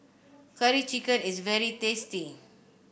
Curry Chicken is very tasty